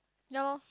ya lor